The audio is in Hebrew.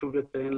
חשוב לציין,